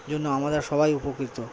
জন্য আমরা সবাই উপকৃত